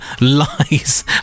lies